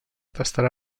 estarà